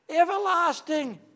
Everlasting